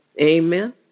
Amen